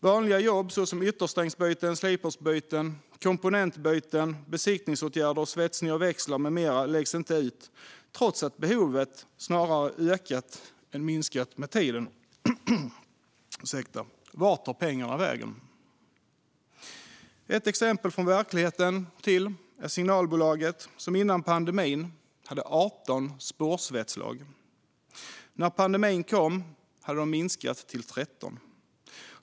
Vanliga jobb som yttersträngsbyten, slipersbyten, komponentbyten, besiktningsåtgärder och svetsning av växlar läggs inte längre ut, trots att behovet av dessa snarare ökat än minskat med tiden. Vart tar pengarna vägen? Ett annat exempel från verkligheten är Signalbolaget, som innan pandemin hade 18 spårsvetslag. När pandemin kom hade antalet minskat till 13.